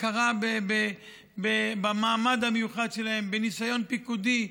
הכרה במעמד המיוחד שלהם, בניסיון פיקודי,